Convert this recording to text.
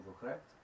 correct